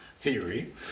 theory